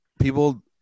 people